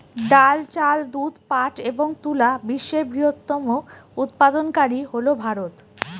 ডাল, চাল, দুধ, পাট এবং তুলা বিশ্বের বৃহত্তম উৎপাদনকারী হল ভারত